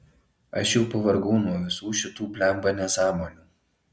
aš jau pavargau nuo visų šitų blemba nesąmonių